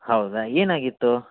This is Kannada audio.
ಹೌದಾ ಏನಾಗಿತ್ತು